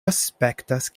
aspektas